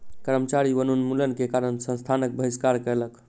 कर्मचारी वनोन्मूलन के कारण संस्थानक बहिष्कार कयलक